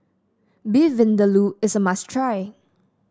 Beef Vindaloo is a must try